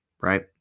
Right